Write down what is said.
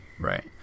right